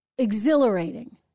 exhilarating